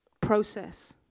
Process